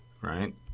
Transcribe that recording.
right